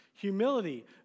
Humility